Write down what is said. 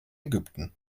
ägypten